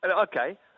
Okay